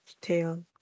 tail